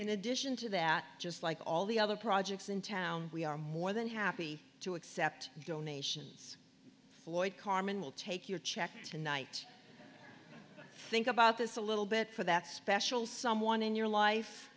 in addition to that just like all the other projects in town we are more than happy to accept donations floyd carmen will take your check tonight think about this a little bit for that special someone in your life